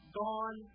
gone